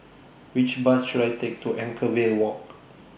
Which Bus should I Take to Anchorvale Walk